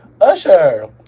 Usher